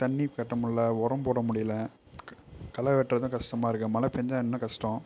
தண்ணி கட்டமுடில உரம் போடமுடியல களை வெட்டுறதும் கஷ்டமாக இருக்குது மழை பெஞ்சா இன்னும் கஷ்டம்